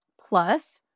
Plus